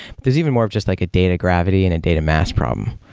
but there's even more of just like a data gravity and a data mass problem,